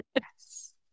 Yes